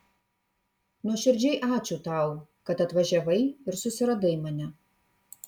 nuoširdžiai ačiū tau kad atvažiavai ir susiradai mane